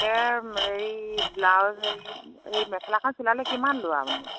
তাকে হেৰি ব্লাউজ হেৰি এই মেখেলাখন চিলালে কিমান লোৱানো